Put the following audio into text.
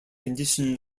condition